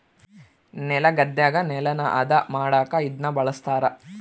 ನೆಲಗದ್ದೆಗ ನೆಲನ ಹದ ಮಾಡಕ ಇದನ್ನ ಬಳಸ್ತಾರ